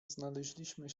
znaleźliśmy